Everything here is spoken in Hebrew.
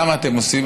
למה אנחנו עושים,